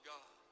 God